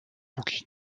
póki